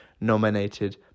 Nominated